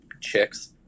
chicks